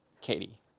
Katie